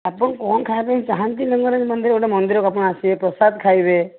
ଆପଣ କ'ଣ ଖାଇବା ପାଇଁ ଚାହାଁନ୍ତି ଲିଙ୍ଗରାଜ ମନ୍ଦିର ଗୋଟେ ମନ୍ଦିରକୁ ଆପଣ ଆସିବେ ପ୍ରସାଦ ଖାଇବେ